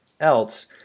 else